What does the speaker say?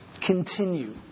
continue